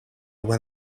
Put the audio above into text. when